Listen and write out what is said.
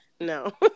no